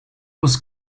was